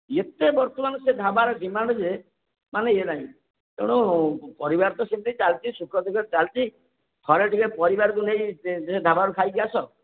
ଏତେ ବର୍ତ୍ତମାନ ସେ ଢ଼ାବାର ଡିମାଣ୍ଡ ଯେ ମାନେ ଇଏ ନାହିଁ ତେଣୁ ପରିବାର ତ ସେମିତି ଚାଲିଛି ସୁଖଦୁଃଖରେ ଚାଲଛି ଥରେ ଟିକିଏ ପରିବାରକୁ ନେଇ ଢ଼ାବାରେ ଖାଇକି ଆସ